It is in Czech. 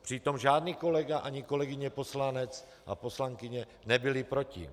Přitom žádný kolega ani kolegyně poslanec a poslankyně nebyli proti.